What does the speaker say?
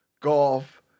golf